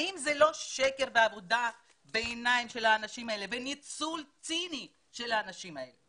האם זה לא שקר ובניצול ציני של האנשים האלה?